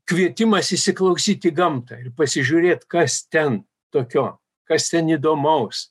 kvietimas įsiklausyt į gamtą ir pasižiūrėt kas ten tokio kas ten įdomaus